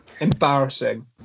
embarrassing